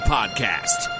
Podcast